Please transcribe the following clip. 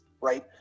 right